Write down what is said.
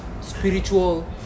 spiritual